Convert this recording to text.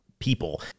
people